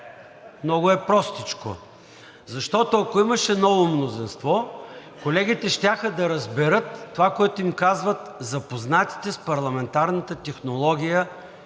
Много е простичко! Защото, ако имаше ново мнозинство, колегите щяха да разберат това, което им казват запознатите с парламентарната технология